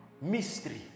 mystery